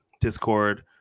discord